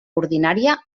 ordinària